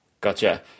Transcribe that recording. Gotcha